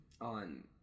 on